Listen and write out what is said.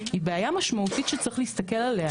היא בעיה משמעותית שצריך להסתכל עליה.